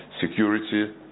security